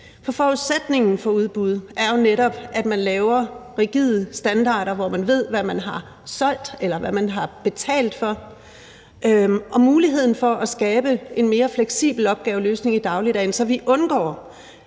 For forudsætningen for udbud er jo netop, at man laver rigide standarder, hvor man ved, hvad man har solgt, eller hvad man har betalt for. Og der skal være mulighed for at skabe en mere fleksibel opgaveløsning i dagligdagen, så vi undgår